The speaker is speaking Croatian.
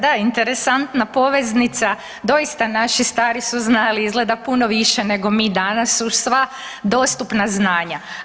Da, interesantna poveznica, doista naši stari su znali izgleda puno više nego mi danas uz sva dostupna znanja.